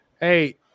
Hey